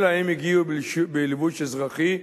אלא הם הגיעו בלבוש אזרחי,